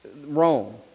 Rome